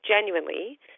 genuinely